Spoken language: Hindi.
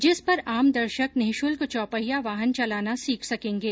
जिस पर आम दर्शक निशुल्क चौपहिया वाहन चलाना सीख सकेंगे